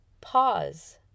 pause